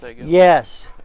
Yes